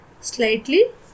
slightly